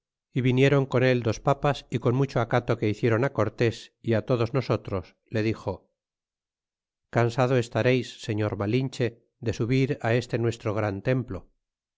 y vinieron con el dos papas y con mucho acato que hicieron y á todos nosotros le dixo cansado estareis señor malinche de subir á este nuestro gran templo